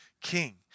king